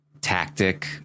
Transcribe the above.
tactic